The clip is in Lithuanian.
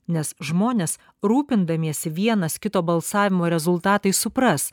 nes žmonės rūpindamiesi vienas kito balsavimo rezultatais supras